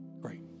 Great